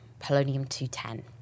polonium-210